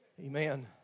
Amen